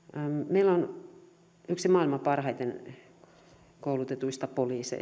poliisi on yksi maailman parhaiten koulutetuista